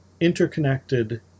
interconnected